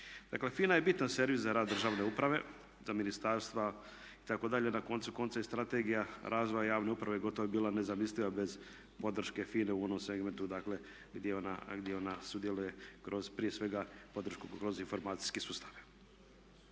Dakle, FINA je bitan servis za rad državne uprave, za ministarstva itd. Na koncu konca i Strategija razvoja javne uprave gotovo bi bila nezamisliva bez podrške FINA-e u onom segmentu, dakle gdje ona sudjeluje kroz prije svega podršku kroz informacijske sustave.